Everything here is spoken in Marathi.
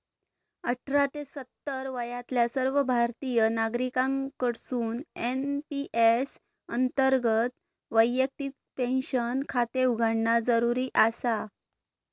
अठरा ते सत्तर वयातल्या सर्व भारतीय नागरिकांकडसून एन.पी.एस अंतर्गत वैयक्तिक पेन्शन खाते उघडणा जरुरी आसा